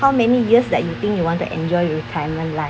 how many years that you think you want to enjoy your retirement life